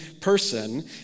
person